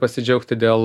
pasidžiaugti dėl